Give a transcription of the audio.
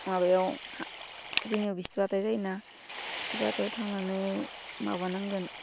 माबायाव जोंनियाव बिस्थिबार हाथाइ जायोना बिस्थिबार हाथाइयाव थांनानै माबानांगोन